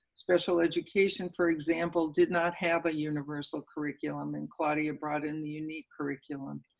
special education, for example, did not have a universal curriculum and claudia brought in the unique curriculum.